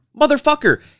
Motherfucker